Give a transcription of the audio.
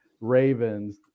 Ravens